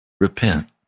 Repent